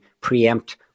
preempt